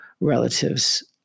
relatives